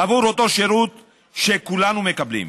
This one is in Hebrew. עבור אותו שירות שכולנו מקבלים.